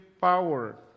power